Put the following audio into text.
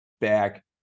back